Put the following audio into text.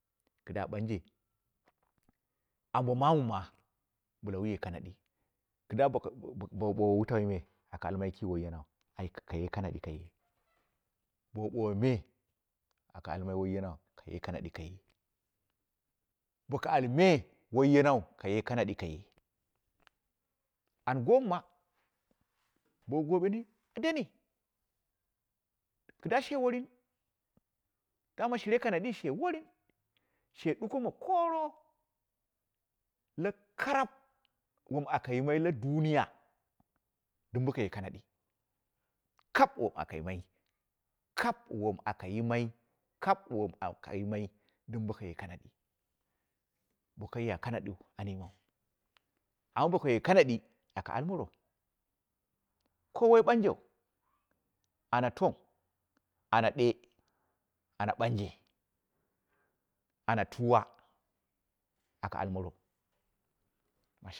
Kida banje ambo mamu ma bɨlu wuye kanadi kɨda bowu bo bowu wutanyme aka almai ki wai yanau, kaye kanadi kai, bowu bowo me aka almai wai yana kaye kanadi kai, boku al me wai yeman kaye kanadi kai, an goomma, bo gobeni a demi kɨda she worin, damo shire kanadi she worin, she duko ma koro, la karab woma aka yimai la duniye, dim bokaye kanadi, kab wom aka yimai hab wom aka yimai, kab won aka yimai dim bokayi kana, bo kaiya kanadin an yiman, amma bokaye kanadi, aka al moro, ko woi banjeu, ana tung, ana ɗee, ana banje, ana tuwa aka almero masha.